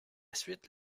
suite